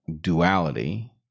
duality